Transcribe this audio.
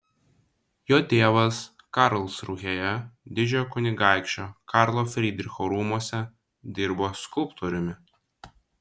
jo tėvas karlsrūhėje didžiojo kunigaikščio karlo frydricho rūmuose dirbo skulptoriumi